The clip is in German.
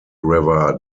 river